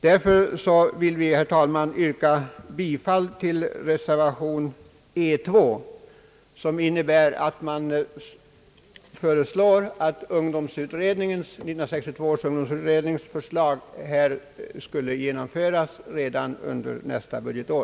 Därför vill jag, herr talman, yrka bifall till reservationerna 2 och 4b, som innebär att man föreslår att 1962 års ungdomsutrednings förslag på denna punkt skall genomföras redan under nästa budgetår.